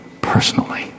personally